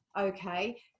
Okay